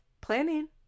planning